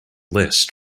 list